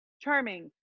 charming